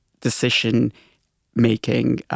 decision-making